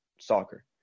soccer